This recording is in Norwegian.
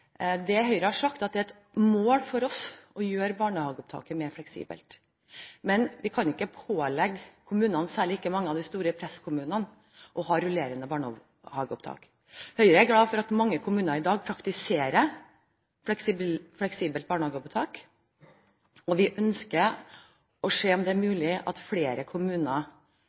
Det Høyre har sagt, er at det er et mål for oss å gjøre barnehageopptaket mer fleksibelt. Men vi kan ikke pålegge kommunene, særlig ikke mange av de store presskommunene, å ha rullerende barnehageopptak. Høyre er glad for at mange kommuner i dag praktiserer fleksibelt barnehageopptak, og vi ønsker å se om det er mulig at flere kommuner